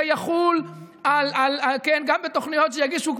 זה יחול גם בתוכניות שיגישו,